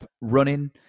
running